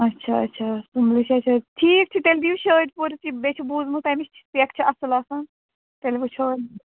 اَچھا اَچھا سُمبلٕچ اَچھا ٹھیٖک چھُ تیٚلہِ دِیِو شٲدۍ پوٗرچی مےٚ چھُ بوٗزمُت تَمِچ سیٚک چھِ اَصٕل آسان تیٚلہِ وُچھو وۅنۍ